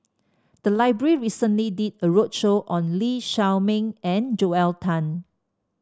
the library recently did a roadshow on Lee Shao Meng and Joel Tan